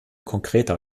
konkreter